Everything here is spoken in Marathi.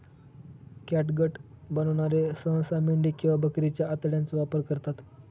कॅटगट बनवणारे सहसा मेंढी किंवा बकरीच्या आतड्यांचा वापर करतात